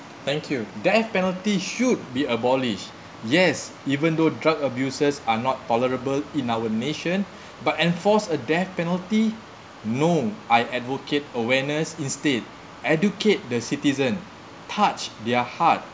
thank you death penalty should be abolished yes even though drug abusers are not tolerable in our nation but enforce a death penalty no I advocate awareness instead educate the citizen touch their heart